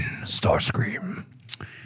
Starscream